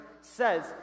says